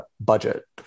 budget